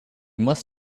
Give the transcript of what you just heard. must